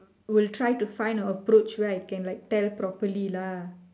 will try to find a approach right can like tell properly lah